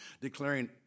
declaring